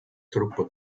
troppo